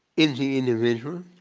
in the individual,